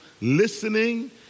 listening